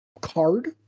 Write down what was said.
card